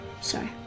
sorry